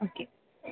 okay